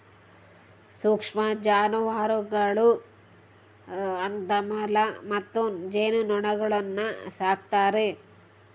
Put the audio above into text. ಸೂಕ್ಷ್ಮ ಜಾನುವಾರುಗಳು ಅಂತ ಮೊಲ ಮತ್ತು ಜೇನುನೊಣಗುಳ್ನ ಸಾಕ್ತಾರೆ